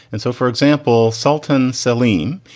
and so, for example, sultan selim,